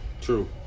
True